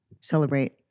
celebrate